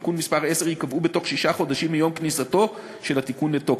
תיקון מס' 10 ייקבעו בתוך שישה חודשים מיום כניסתו של התיקון לתוקף.